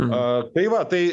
a tai va tai